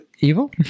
evil